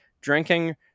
drinking